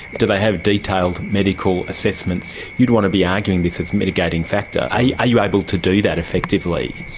do they have detailed medical assessments? you'd want to be arguing this as a mitigating factor. are you are you able to do that effectively?